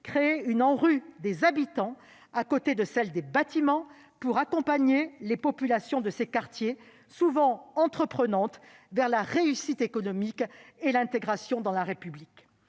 créer une ANRU des habitants à côté de celle des bâtiments, pour accompagner les populations de ces quartiers, souvent animées d'un véritable esprit d'entreprise, vers la réussite économique et l'intégration dans la République.